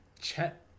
chet